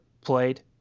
played